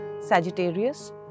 Sagittarius